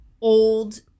old